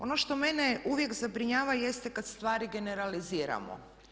Ono što mene uvijek zabrinjava jeste kad stvari generaliziramo.